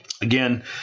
Again